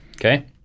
Okay